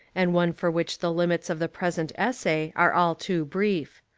and one for which the limits of the present essay are all too brief.